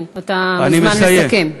כן, אתה מוזמן לסכם.